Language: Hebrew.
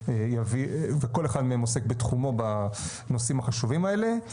וכל אחד עוסק בתחומו בנושאים החשובים האלה.